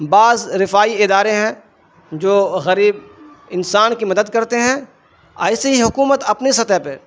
بعض رفائی ادارے ہیں جو غریب انسان کی مدد کرتے ہیں ایسے ہی حکومت اپنی سطح پہ